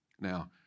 Now